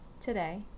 today